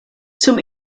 zum